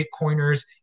Bitcoiners